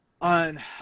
on